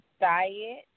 diet